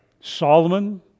Solomon